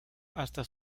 hasta